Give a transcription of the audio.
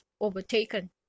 overtaken